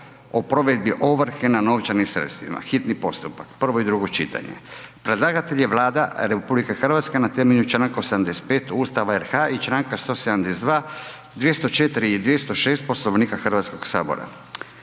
o provedbi ovrhe na novčanim sredstvima, hitni postupak, prvo i drugo čitanje, P.Z.E. br. 855 Predlagatelj je Vlada RH na temelju Članka 85. Ustava RH i Članka 172., 204. i 206. Poslovnika Hrvatskog sabora.